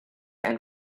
and